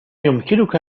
يمكنك